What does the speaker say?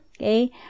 okay